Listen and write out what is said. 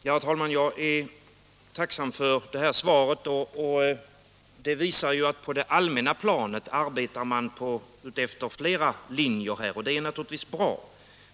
Herr talman! Jag är tacksam för det här beskedet. Det visar ju att man på det allmänna planet arbetar efter flera linjer, och det är naturligtvis bra.